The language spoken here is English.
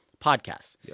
podcasts